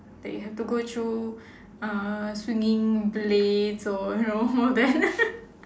that you have to go through uh swinging blades or you know all that